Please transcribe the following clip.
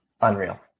Unreal